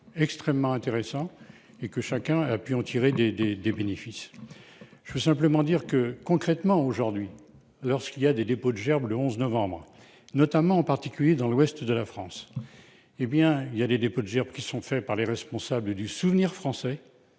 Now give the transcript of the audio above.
extrêmement intéressant et que chacun a pu en tirer des des des bénéfices. Je veux simplement dire que concrètement aujourd'hui lorsqu'il y a des dépôts de gerbe. Le 11 novembre, notamment en particulier dans l'ouest de la France. Eh bien il y a des dépôts de gerbes, qui sont faits par les responsables du Souvenir français.